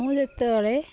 ମୁଁ ଯେତେବେଳେ